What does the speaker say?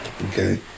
Okay